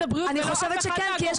הבריאות ולא אף אחד מהגורמים שנמצאים כאן.